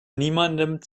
niemandem